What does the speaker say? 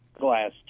Glass